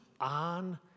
on